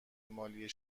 مالی